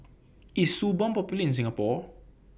IS Suu Balm Popular in Singapore